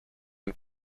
and